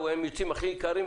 יוצאים הכי יקרים,